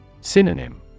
Synonym